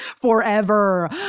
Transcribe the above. forever